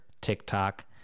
TikTok